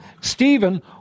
Stephen